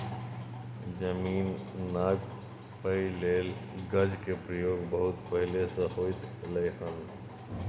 जमीन नापइ लेल गज के प्रयोग बहुत पहले से होइत एलै हन